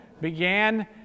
began